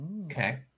Okay